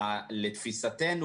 לתפיסתנו,